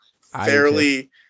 fairly